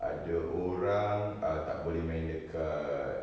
ada orang uh tak boleh main dekat